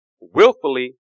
willfully